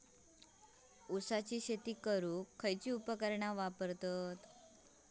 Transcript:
ऊसाची शेती करूक कसली उपकरणा वापरतत?